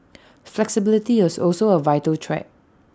flexibility is also A vital trait